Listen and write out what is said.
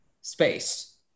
space